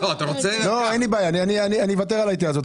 לא, אין לי בעיה, אני אוותר על ההתייעצות.